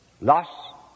loss